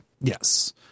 Yes